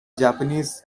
japanese